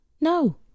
No